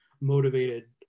motivated